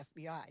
FBI